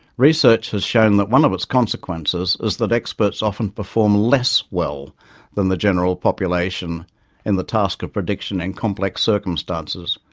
research has shown that one of its consequences is that experts often perform less well than the general population in the task of prediction in and complex circumstances,